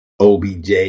OBJ